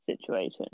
situation